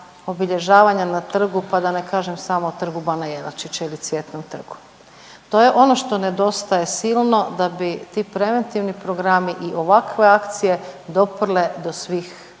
obilježavanja na trgu, pa da ne kažem samo Trgu bana Jelačića ili Cvjetnom trgu. To je ono što nedostaje silno da bi ti preventivni programi i ovakve akcije doprle do svih